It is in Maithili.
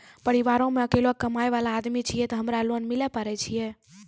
परिवारों मे अकेलो कमाई वाला आदमी छियै ते हमरा लोन मिले पारे छियै?